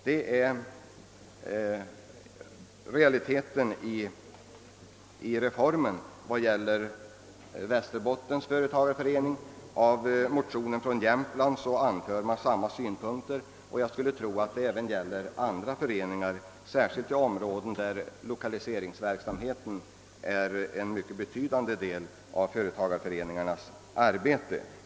Det är den reella innebörden i reformen för Västerbottens företagareförening. I motioner från Jämtland har liknande synpunkter anförts. Jag skulle tro att förhållandena är desamma även för andra föreningar, särskilt i områden där utredningar beträffande lokaliseringsobjekt utgör en betydande del av företagareföreningarnas arbete.